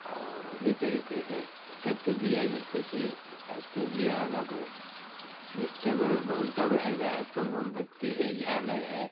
और उसी तरीके से तब तो दीया जलती थी अब तो दीया का कोई सिस्टम बहुत कम रह गया अब तो मोमबत्ती है झालर है